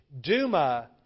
Duma